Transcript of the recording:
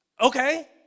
Okay